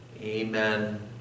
Amen